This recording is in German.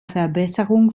verbesserung